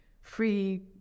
free